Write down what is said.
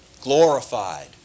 glorified